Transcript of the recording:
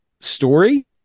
story